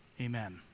amen